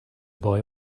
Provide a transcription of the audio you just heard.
boy